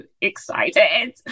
excited